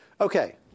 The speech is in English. Okay